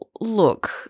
look